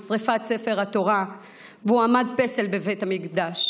שרפת ספר התורה והעמדת פסל בבית המקדש.